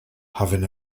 having